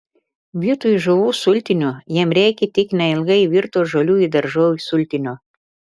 vietoj žuvų sultinio jam reikia tik neilgai virto žolių ir daržovių sultinio